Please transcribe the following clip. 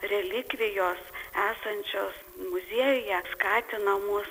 relikvijos esančios muziejuje skatina mus